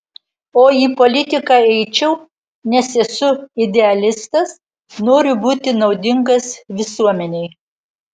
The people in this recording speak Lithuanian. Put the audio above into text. o į politiką eičiau nes esu idealistas noriu būti naudingas visuomenei